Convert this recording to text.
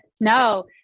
No